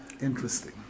interesting